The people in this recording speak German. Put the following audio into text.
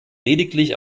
lediglich